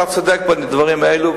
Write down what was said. אתה צודק בדברים האלה,